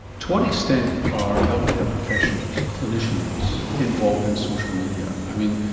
to what extent are healthcare professionals, clinicians, involved in social media? i mean,